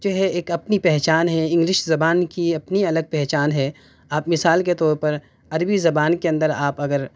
جو ہے اپنی ایک پہچان ہے انگلش زبان کی اپنی الگ پہچان ہے آپ مثال کے طور پر عربی زبان کے اندر آپ اگر